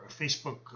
Facebook